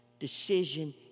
Decision